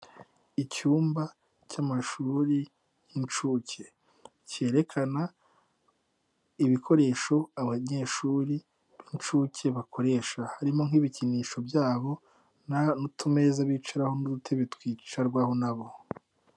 Icyumba cy'amashuri y'inshuke. Cyerekana ibikoresho abanyeshuri b'inshuke bakoresha. Harimo nk'ibikinisho byabo n'utumeza bicaraho n'udutebe twicarwaho na bo.